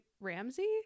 ramsey